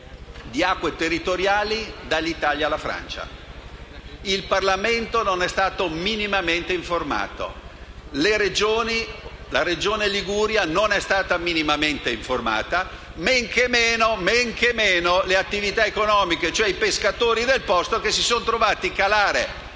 Il Parlamento non è stato minimamente informato. La Regione Liguria non è stata minimamente informata e men che meno lo sono state le attività economiche, e cioè i pescatori del posto, i quali si sono visti calare